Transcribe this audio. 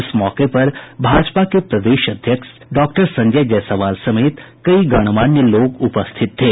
इस मौके पर भाजपा के प्रदेश अध्यक्ष संजय जायसवाल समेत कई गणमान्य लोग उपस्थित थे